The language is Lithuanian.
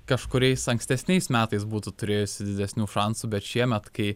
kažkuriais ankstesniais metais būtų turėjusi didesnių šansų bet šiemet kai